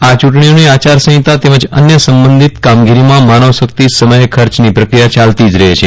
આ ચૂંટણીઓની આચારસંહિતા તેમજ અન્ય સંબંધિત કામગીરીમાં માનવશકિત સમય ખર્ચની પ્રક્રિયા ચાલતી જ રહે છે